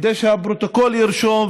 כדי שהפרוטוקול ירשום,